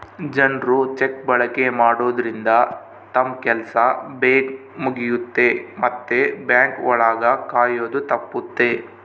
ಜನ್ರು ಚೆಕ್ ಬಳಕೆ ಮಾಡೋದ್ರಿಂದ ತಮ್ ಕೆಲ್ಸ ಬೇಗ್ ಮುಗಿಯುತ್ತೆ ಮತ್ತೆ ಬ್ಯಾಂಕ್ ಒಳಗ ಕಾಯೋದು ತಪ್ಪುತ್ತೆ